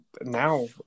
Now